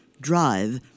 drive